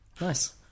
Nice